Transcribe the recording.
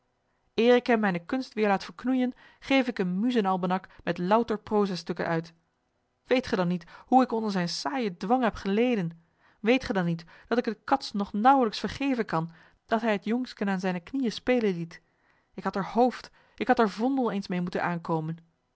ik hem mijne kunst weêr laat verknoeijen geef ik een muzen almanak met louter prozastukken uit weet ge dan niet hoe ik onder zijn saaijen dwang heb geleden weet ge dan niet dat ik het cats nog naauwelijks vergeven kan dat hij het jongsken aan zijne knieën spelen liet ik had er hooft ik had er vondel eens meê moeten aankomen